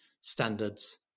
standards